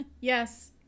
Yes